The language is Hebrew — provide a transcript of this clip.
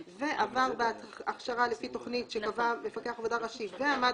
ועבר הכשרה לפי תוכנית שקבע מפקח עבודה ראשי ועמד